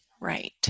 right